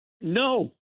No